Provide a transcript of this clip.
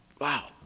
Wow